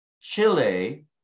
Chile